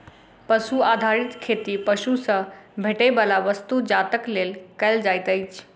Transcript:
पशु आधारित खेती पशु सॅ भेटैयबला वस्तु जातक लेल कयल जाइत अछि